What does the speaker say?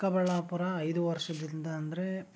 ಚಿಕ್ಕಬಳ್ಳಾಪುರ ಐದು ವರ್ಷದಿಂದ ಅಂದ್ರೆ